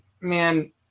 man